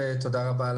תציג את עצמך.